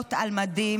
לעלות על מדים,